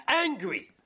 angry